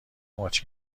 ماچ